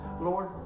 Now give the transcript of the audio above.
Lord